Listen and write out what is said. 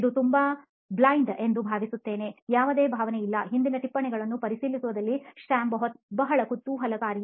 ಇದು ತುಂಬಾ ಬ್ಲಾಂಡ್ ಎಂದು ನಾನು ಭಾವಿಸುತ್ತೇನೆ ಯಾವುದೇ ಭಾವನೆ ಇಲ್ಲ ಹಿಂದಿನ ಟಿಪ್ಪಣಿಗಳ ಪರಿಶೀಲಿಸುವುದರಲ್ಲಿ ಸ್ಯಾಮ್ ಬಹುಶಃ ಕುತೂಹಲಕಾರಿ